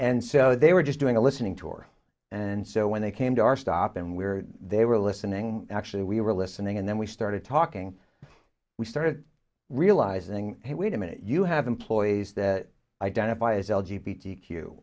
and so they were just doing a listening tour and so when they came to our stop and we were they were listening actually we were listening and then we started talking we started realizing hey wait a minute you have employees that identify as